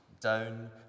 down